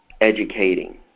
educating